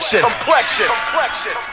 Complexion